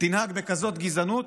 תנהג בגזענות